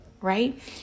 right